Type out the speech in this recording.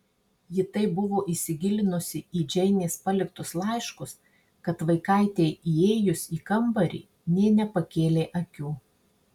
ji taip buvo įsigilinusi į džeinės paliktus laiškus kad vaikaitei įėjus į kambarį nė nepakėlė akių